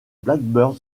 blackburn